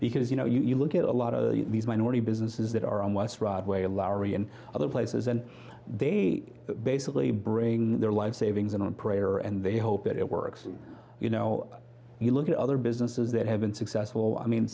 because you know you look at a lot of these minority businesses that are on west broadway laurie and other places and they basically bring their life savings in a prayer and they hope it works you know you look at other businesses that have been successful i mean